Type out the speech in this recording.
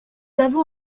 avons